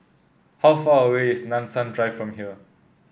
how far away is Nanson Drive from here